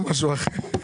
לכם,